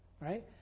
right